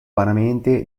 vanamente